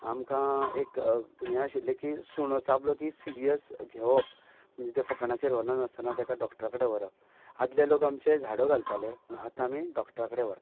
आमकां एक हें आशिल्ले की सुणो चाबलो की सिरियस घेवप म्हणजे ते फकांणाचेर व्हरनासतना तेका डॉक्टरा कडेन व्हरप आदले लोक आमचे झाडो घालताले पूण आतां आमी डॉक्टरा कडेन व्हरतात